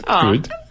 Good